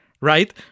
right